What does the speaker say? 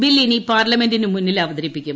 bill ഇനി പാർലമെന്റിന് മുന്നിൽ അവതരിപ്പിക്കും